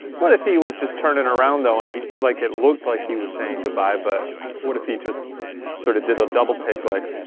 what if he was just turning around, though, and like, it looked like he was saying goodbye, but what if he just sorta did a double take like,